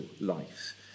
life